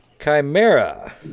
Chimera